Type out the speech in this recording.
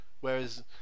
Whereas